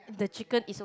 the chicken is so